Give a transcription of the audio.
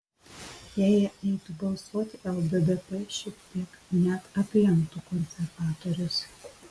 jei jie eitų balsuoti lddp šiek tiek net aplenktų konservatorius